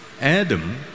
Adam